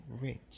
rich